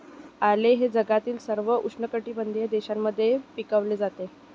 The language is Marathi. आले हे जगातील सर्व उष्णकटिबंधीय देशांमध्ये पिकवले जाते